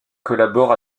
collabore